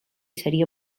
seria